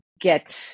get